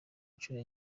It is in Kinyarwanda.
inshuro